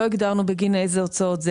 לא הגדרנו בגין איזה הוצאות זה,